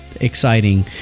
exciting